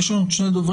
יש לנו עוד שני דוברים,